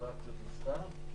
אטרקציות מסחר,